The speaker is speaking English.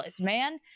man